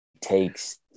takes